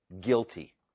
guilty